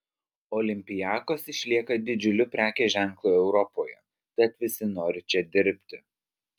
olympiakos išlieka didžiuliu prekės ženklu europoje tad visi nori čia dirbti